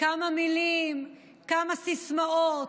כמה מילים, כמה סיסמאות,